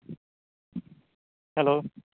hello